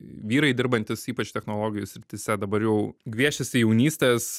vyrai dirbantys ypač technologijų srityse dabar jau gviešiasi jaunystės